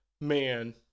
man